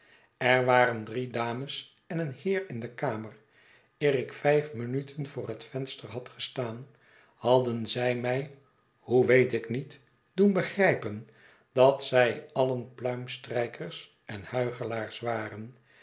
er waren drie dames en een heer in de kamer eer ik vijf minuten voor het venster had gestaan hadden zij mij hoe weet ik niet doen begrijpen dat zy alien pluimstrijkers en huichelaars waren